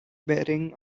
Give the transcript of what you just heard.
bearing